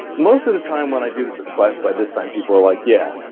most of the time when i do this in class, by this time people are like, yeah,